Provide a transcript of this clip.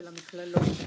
של המכללות,